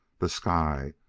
the sky,